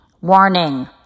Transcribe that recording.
warning